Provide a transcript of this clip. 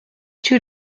two